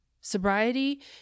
Sobriety